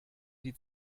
die